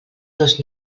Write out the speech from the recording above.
dos